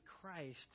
Christ